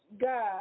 God